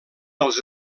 els